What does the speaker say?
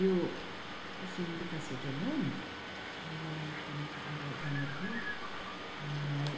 यो खरसाङ विकास होटेल हो अनि मलाई खानाको अर्डर गर्नु थियो अनि मलाई